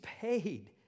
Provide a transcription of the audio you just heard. paid